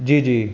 जी जी